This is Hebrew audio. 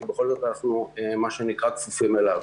כי בכל זאת אנחנו צופים אליו.